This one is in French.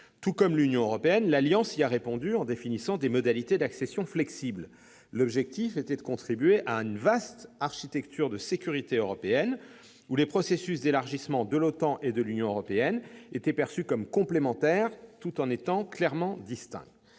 Tout comme l'Union européenne, l'Alliance y a répondu en définissant des modalités d'accession flexibles. L'objectif était de contribuer à une vaste architecture de sécurité européenne, où les processus d'élargissement de l'OTAN et de l'Union européenne étaient perçus comme complémentaires, tout en étant clairement distincts.